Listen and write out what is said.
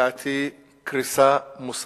לדעתי, יש פה קריסה מוסרית.